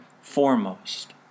foremost